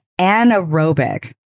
anaerobic